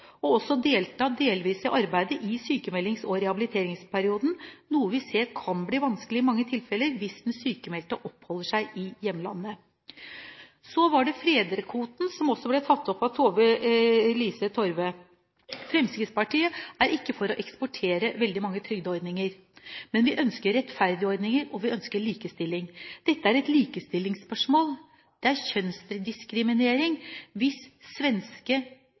og også delta delvis i arbeidet i sykmeldings- og rehabiliteringsperioden, noe vi ser kan bli vanskelig i de tilfeller der den sykmeldte oppholder seg i hjemlandet. Så var det fedrekvoten, som også ble tatt opp av Tove-Lise Torve. Fremskrittspartiet er ikke for å eksportere veldig mange trygdeordninger, men vi ønsker rettferdige ordninger, og vi ønsker likestilling. Dette er et likestillingsspørsmål. Det er kjønnsdiskriminering hvis svenske